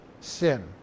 sin